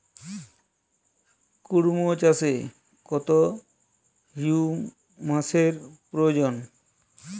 কুড়মো চাষে কত হিউমাসের প্রয়োজন?